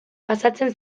pasatzen